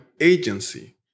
agency